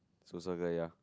so Sophia ya